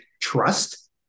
trust